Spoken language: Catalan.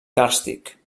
càrstic